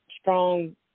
strong